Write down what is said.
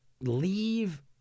leave